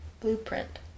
Blueprint